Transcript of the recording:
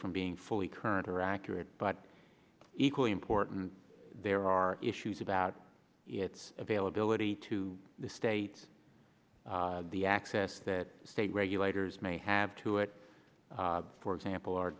from being fully current or accurate but equally important there are issues about its availability to the states the access that state regulators may have to it for example our